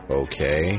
okay